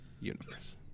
universe